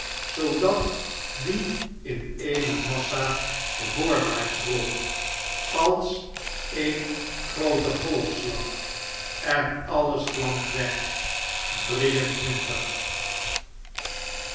zoodat die in eene massa voorwaarts rolt als een groote goll'slag enallesvlamt weg drie en twintig